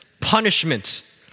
punishment